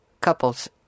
couples